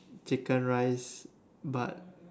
chicken rice but